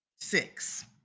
six